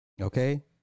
Okay